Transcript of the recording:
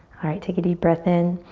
alright, take a deep breath in.